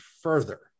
further